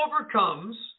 overcomes